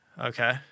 Okay